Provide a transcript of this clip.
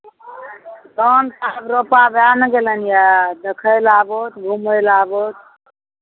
धान तऽ आब रोपा भए ने गेलनि यए देखय लेल आबथु घुमय लेल आबथु